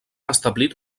establit